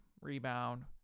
rebound